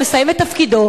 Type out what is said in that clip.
הוא מסיים את תפקידו,